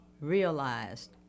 realized